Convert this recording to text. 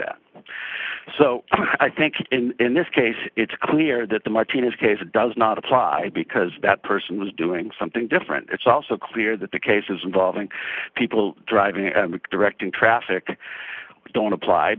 that so i think in this case it's clear that the mightiness case does not apply because that person was doing something different it's also clear that the cases involving people driving and directing traffic don't apply